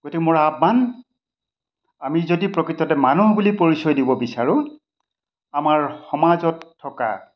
গতিকে মোৰ আহ্বান আমি যদি প্ৰকৃততে মানুহ বুলি পৰিচয় দিব বিচাৰোঁ আমাৰ সমাজত থকা